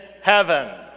heaven